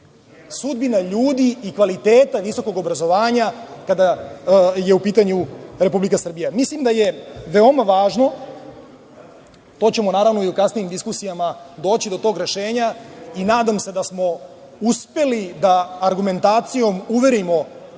Sudbine ljudi i kvaliteta visokog obrazovanja kada je u pitanju Republika Srbija. Mislim da je veoma važno, to ćemo i u kasnijim diskusijama doći do tog rešenja i nadam se da smo uspeli da argumentacijom uverimo,